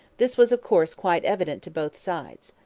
this was, of course, quite evident to both sides.